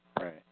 right